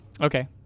okay